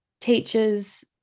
teachers